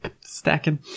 stacking